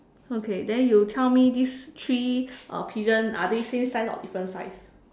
okay then you tell me this three uh pigeon are they same size or different size